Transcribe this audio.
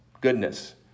goodness